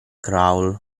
crawl